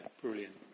brilliant